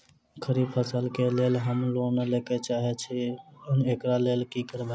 खरीफ फसल केँ लेल हम लोन लैके चाहै छी एकरा लेल की करबै?